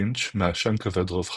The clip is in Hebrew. לינץ', מעשן כבד רוב חייו,